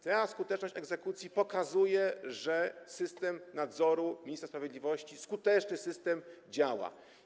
Ta skuteczność egzekucji pokazuje, że system nadzoru ministra sprawiedliwości, skuteczny system działa.